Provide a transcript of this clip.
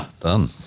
Done